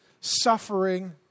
suffering